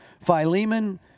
Philemon